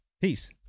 Peace